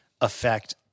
affect